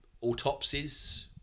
autopsies